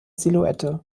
silhouette